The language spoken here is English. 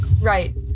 Right